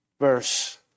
verse